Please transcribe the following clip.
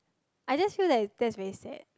I just feel that that's very sad